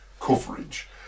coverage